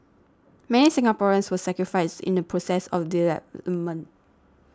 many Singaporeans were sacrificed in the process of development